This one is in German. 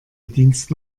dienst